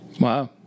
Wow